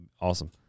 awesome